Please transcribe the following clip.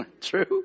True